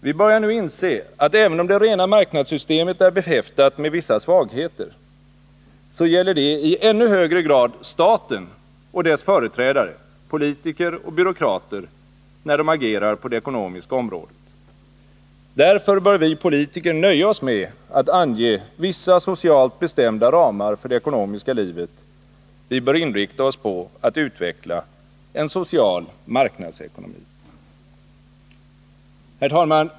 Vi börjar nu inse, att även om det rena marknadssystemet är behäftat med vissa svagheter, så gäller det i ännu högre grad staten och dess företrädare — politiker och byråkrater — när de agerar på det ekonomiska området. Därför bör vi politiker nöja oss med att ange vissa socialt bestämda ramar för det ekonomiska livet — vi bör inrikta oss på att utveckla en social marknadsekonomi. Herr talman!